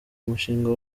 umushinga